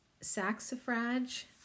saxifrage